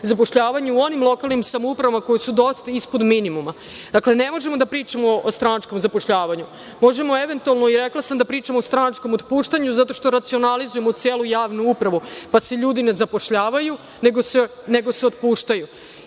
zapošljavanje u onim lokalnim samoupravama koje su dosta ispod minimuma. Dakle, ne možemo da pričamo o stranačkom zapošljavanju. Možemo eventualno da pričamo o stranačkom otpuštanju, zato što racionalizujemo celu javnu upravu, pa se ljudi ne zapošljavaju, nego se otpuštaju. Isto